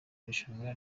irushanwa